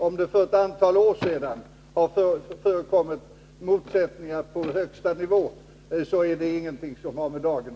Om det för ett antal år sedan